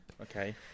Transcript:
okay